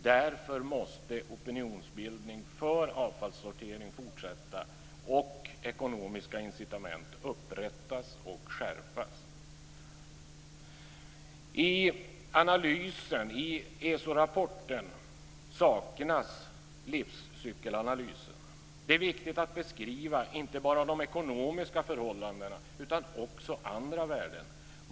Därför måste opinionsbildning för avfallssortering fortsätta och ekonomiska incitament upprättas och skärpas. I ESO-rapporten saknas livscykelanalysen. Det är viktigt att beskriva inte bara de ekonomiska förhållandena utan också andra värden.